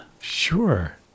Sure